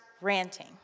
ranting